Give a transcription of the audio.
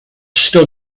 still